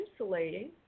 insulating